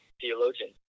theologian